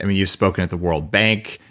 i mean you've spoken at the world bank,